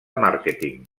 màrqueting